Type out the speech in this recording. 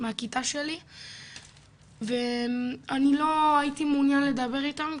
מהכיתה שלי ואני לא הייתי מעוניין לדבר איתן,